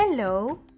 Hello